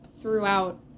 throughout